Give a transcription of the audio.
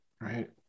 right